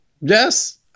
Yes